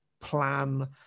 plan